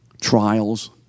trials